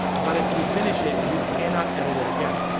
but if you finish it you cannot edit it again.